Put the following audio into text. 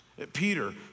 Peter